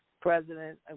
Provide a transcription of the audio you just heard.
president